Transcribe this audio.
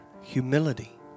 humility